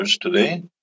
today